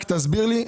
רק תסביר לי.